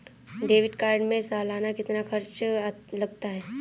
Debit card में सालाना कितना खर्च लगता है?